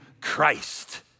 Christ